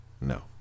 No